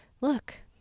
look